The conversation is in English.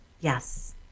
Yes